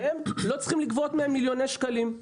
והם לא צריכים לגבות מהם מיליוני שקלים.